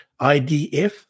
IDF